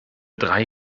drei